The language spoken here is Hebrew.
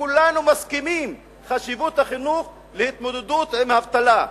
וכולנו מסכימים על חשיבות החינוך להתמודדות עם האבטלה,